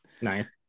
Nice